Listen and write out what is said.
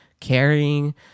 caring